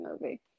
movie